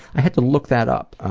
i had to look that up,